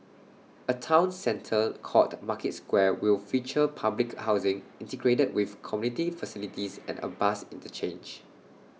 A Town centre called market square will feature public housing integrated with community facilities and A bus interchange